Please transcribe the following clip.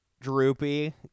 Droopy